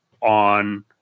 on –